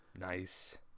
Nice